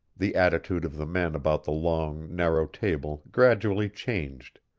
the attitude of the men about the long, narrow table gradually changed.